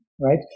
right